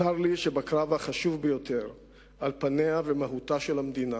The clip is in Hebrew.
צר לי שבקרב החשוב ביותר על פניה ומהותה של המדינה